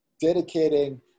dedicating